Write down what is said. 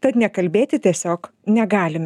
tad nekalbėti tiesiog negalime